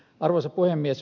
arvoisa puhemies